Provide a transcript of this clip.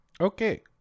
okay